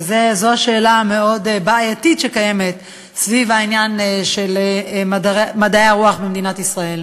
זו השאלה המאוד-בעייתית שקיימת סביב העניין של מדעי הרוח במדינת ישראל.